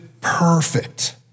perfect